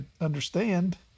understand